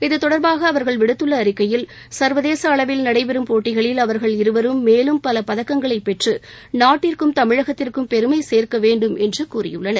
இதுதொடர்பாக அவர்கள் விடுத்துள்ள அறிக்கையில் சர்வதேச அளிவில் நடைபெறும் போட்டிகளில் அவர்கள் இருவரும் மேலும் பல பதக்கங்களை பெற்று நாட்டிற்கும் தமிழகத்திற்கும் பெருமை சேர்க்கவேண்டும் என்று கூறியுள்ளனர்